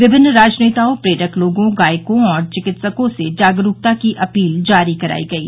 विमिन्न राजनेताओं प्रेरक लोगों गायकों और चिकित्सकों से जागरूकता की अपील जारी कराई गयी